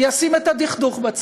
ואין בי דכדוך,